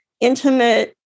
intimate